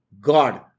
God